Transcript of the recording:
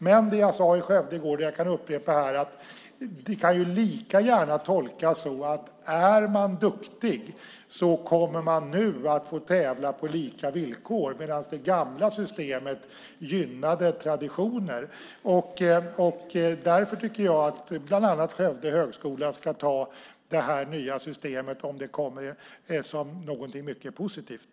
Men det jag sade i Skövde i går, och som jag kan upprepa här, var att det lika gärna kan tolkas på det sättet att är man duktig kommer man nu att få tävla på lika villkor, medan det gamla systemet gynnade traditioner. Därför tycker jag att bland annat Högskolan i Skövde ska uppfatta det nya systemet, om det kommer, som någonting mycket positivt.